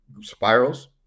spirals